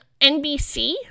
NBC